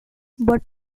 but